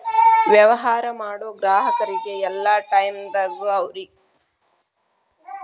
ವ್ಯವಹಾರ ಮಾಡೋ ಗ್ರಾಹಕರಿಗೆ ಯಲ್ಲಾ ಟೈಮದಾಗೂ ಅವ್ರಿಗೆ ನೇಡಿದ್ ಚೆಕ್ ಸ್ಥಿತಿನ ವಿಚಾರಿಸಲು ಅನುವು ಮಾಡ್ತದ್